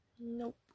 Nope